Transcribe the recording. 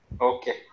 Okay